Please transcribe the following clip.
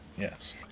Yes